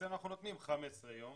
אצלנו אנחנו נותנים 15 יום